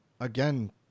again